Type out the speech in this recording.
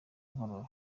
inkorora